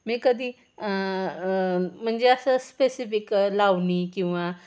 मी कधी म्हणजे असं स्पेसिफिक लावणी किंवा